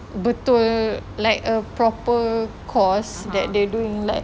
betul like a proper cause that they doing like